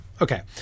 Okay